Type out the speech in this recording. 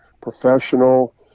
professional